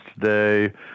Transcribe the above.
today